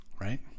right